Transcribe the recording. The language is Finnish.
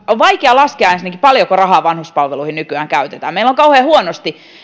on vaikea laskea paljonko rahaa vanhuspalveluihin nykyään käytetään meillä on kauhean huonosti